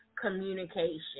communication